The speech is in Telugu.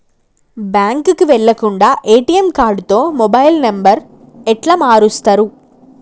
బ్యాంకుకి వెళ్లకుండా ఎ.టి.ఎమ్ కార్డుతో మొబైల్ నంబర్ ఎట్ల మారుస్తరు?